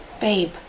babe